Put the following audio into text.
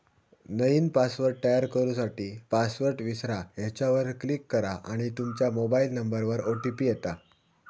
नईन पासवर्ड तयार करू साठी, पासवर्ड विसरा ह्येच्यावर क्लीक करा आणि तूमच्या मोबाइल नंबरवर ओ.टी.पी येता